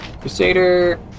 Crusader